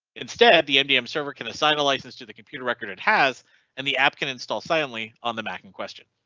instead the mdm server can assign a license to the computer record it has and the app can install silently on the mac in question.